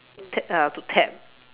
tap uh to tap